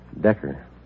Decker